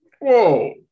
Whoa